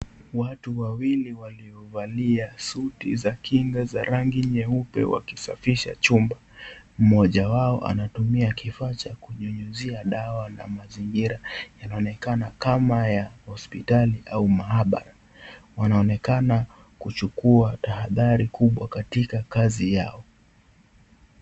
Watu wawili waliovalia suti za kinga za rangi nyeupe wakisafisha chumba . Mmoja wao anatumia kifaa cha kunyunyizia dawa nu mazingira yanaonekana kama ya hospitali au maabara, wanaonekana kuchukua taathari kubwa katika kazi yao.